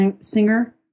Singer